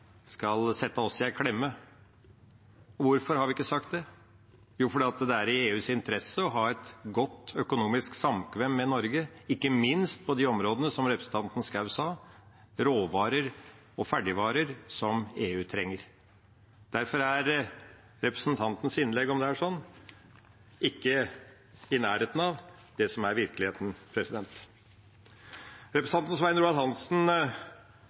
skal sette oss i en klemme. Hvorfor har vi ikke sagt det? Jo, det er fordi det er i EUs interesse å ha et godt økonomisk samkvem med Norge, ikke minst på de områdene representanten Schou nevnte – råvarer og ferdigvarer som EU trenger. Derfor er representantens innlegg om dette ikke i nærheten av det som er virkeligheten. Representanten Svein Roald Hansen